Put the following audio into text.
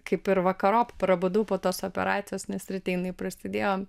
kaip ir vakarop prabudau po tos operacijos nes ryte jinai prasidėjo